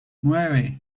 nueve